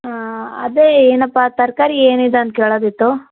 ಹಾಂ ಅದೇ ಏನಪ್ಪ ತರಕಾರಿ ಏನಿದೆ ಅಂತ ಕೇಳೋದಿತ್ತು